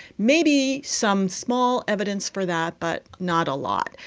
may be some small evidence for that but not a lot.